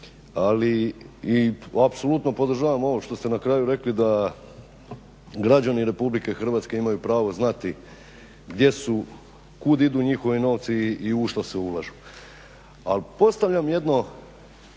Ali i apsolutno podržavam ovo što ste na kraju rekli da građani Republike Hrvatske imaju pravo znati gdje su, kud idu njihovi novci i u što se ulažu. Ali postavljam jedno